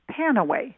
Panaway